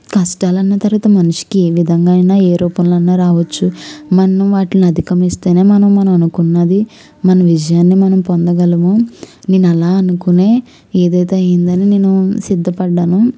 కష్టాలన్న తర్వాత మనిషికి ఏ విధంగా అయినా ఏ రూపంలో అయినా రావచ్చు మనము వాటిల్ని అధిగమిస్తేనే మనం అనుకున్నది మన విజయాన్ని మనం పొందగలము నేను అలా అనుకునే ఏదైతే అయిందని నేను సిద్ధపడ్డాను